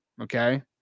Okay